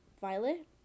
Violet